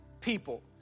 people